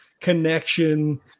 connection